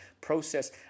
process